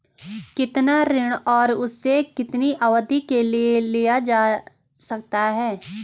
कितना ऋण और उसे कितनी अवधि के लिए लिया जा सकता है?